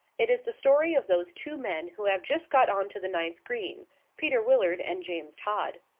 it is the story of those two men who have just got on to the ninth green peter willard and james todd.